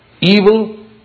Evil